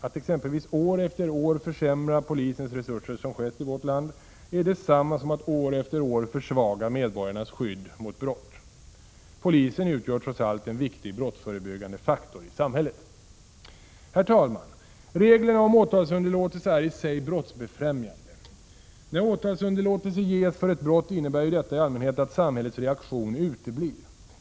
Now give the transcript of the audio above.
Att exempelvis år efter år försämra polisens resurser — som skett i vårt land — är detsamma som att år efter år försvaga medborgarnas skydd mot brott. Polisen utgör trots allt en viktig brottsförebyggande faktor i samhället. Herr talman! Reglerna om åtalsunderlåtelse är i sig brottsbefrämjande. När åtalsunderlåtelse ges för ett brott innebär detta i allmänhet att samhällets reaktion uteblir.